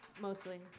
mostly